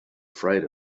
afraid